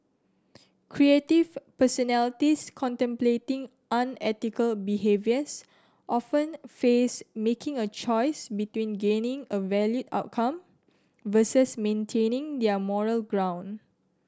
creative personalities contemplating unethical behaviours often face making a choice between gaining a valued outcome versus maintaining their moral ground